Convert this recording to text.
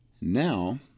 Now